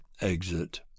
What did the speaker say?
exit